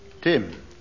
Tim